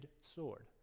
sword